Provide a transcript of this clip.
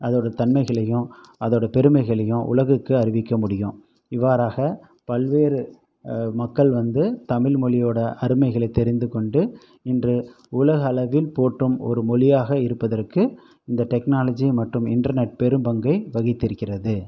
அதோட தன்மைகளையும் அதோட பெருமைகளையும் உலகுக்கு அறிவிக்க முடியும் இவ்வாறாக பல்வேறு மக்கள் வந்து தமிழ் மொழியோட அருமைகளை தெரிந்து கொண்டு இன்று உலக அளவில் போற்றும் ஒரு மொழியாக இருப்பதற்கு இந்த டெக்னாலஜி மற்றும் இண்டர்நெட் பெரும் பங்கை வகித்திருக்கிறது